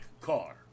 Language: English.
car